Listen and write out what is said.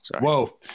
Whoa